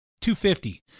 250